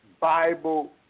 Bible